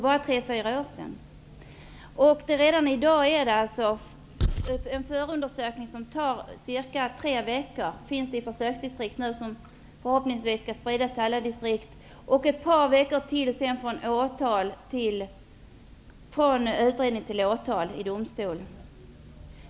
I försöksdistrikt tar en förundersökning i dag ca tre veckor, en ordning som förhoppningsvis skall spridas till alla distrikt, och sedan tar det ett par veckor från utredning till åtal i domstol.